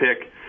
pick